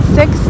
six